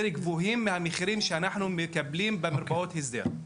גבוהים מהמחירים שאנחנו מקבלים במרפאות ההסדר?